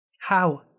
How